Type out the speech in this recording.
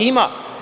Ima.